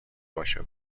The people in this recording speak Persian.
باشه